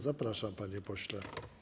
Zapraszam, panie pośle.